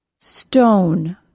Stone